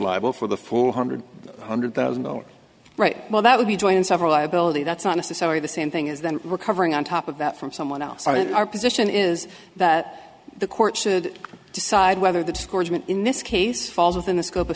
liable for the four hundred one hundred thousand dollars right well that would be joining several liability that's not necessarily the same thing is that recovering on top of that from someone else i mean our position is that the court should decide whether the discourse in this case falls